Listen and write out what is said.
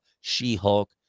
She-Hulk